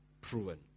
proven